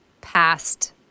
past